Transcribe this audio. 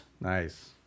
Nice